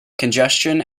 congestion